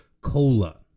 COLA